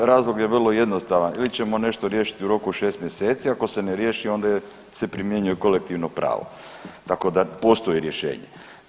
Razlog je vrlo jednostavan ili ćemo nešto riješiti u roku od 6 mjeseci, ako se ne riješi onda se primjenjuje kolektivno pravo, tako da postoji rješenje.